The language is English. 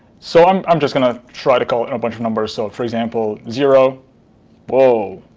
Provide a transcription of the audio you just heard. so, i'm i'm just going to try to call in a bunch of numbers. so for example, zero whoa,